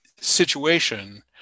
situation